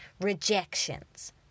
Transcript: rejections